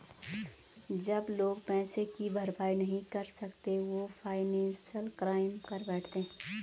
जब लोग पैसे की भरपाई नहीं कर सकते वो फाइनेंशियल क्राइम कर बैठते है